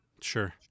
sure